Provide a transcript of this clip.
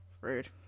Rude